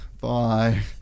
bye